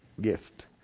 gift